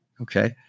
Okay